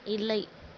இல்லை